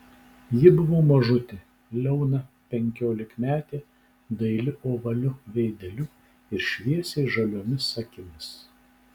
ji buvo mažutė liauna penkiolikmetė dailiu ovaliu veideliu ir šviesiai žaliomis akimis